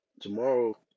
tomorrow